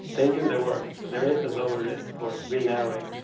they do their work, there is a lower risk for re-narrowings.